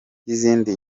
y’izindi